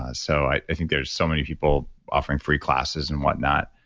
ah so i think there's so many people offering free classes and whatnot.